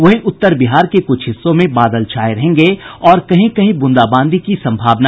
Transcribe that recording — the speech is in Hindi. वहीं उत्तर बिहार के कुछ हिस्सों में बादल छाये रहेंगे और कहीं कहीं बूंदाबांदी की संभावना